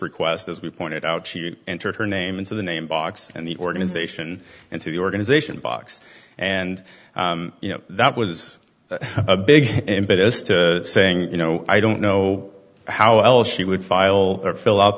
request as we pointed out she entered her name into the name box and the organization into the organization box and you know that was a big ambitious to saying you know i don't know how else she would file or fill out